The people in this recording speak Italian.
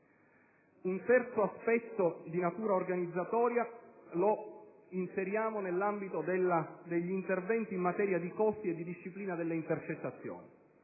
Un terzo aspetto di natura organizzatoria lo inseriamo nell'ambito degli interventi in materia di costi e di disciplina delle intercettazioni.